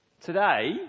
Today